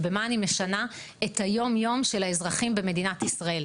ובמה אני משנה את היום-יום של האזרחים במדינת ישראל.